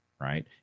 right